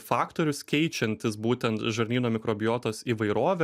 faktorius keičiantis būtent žarnyno mikrobiotos įvairovę